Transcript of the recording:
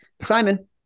Simon